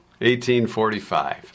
1845